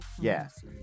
Yes